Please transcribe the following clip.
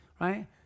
right